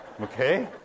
Okay